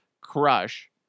Crush